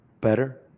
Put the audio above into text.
better